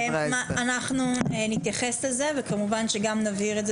אנחנו נתייחס לזה וכמובן שגם נבהיר את זה